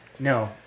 No